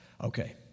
Okay